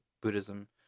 Buddhism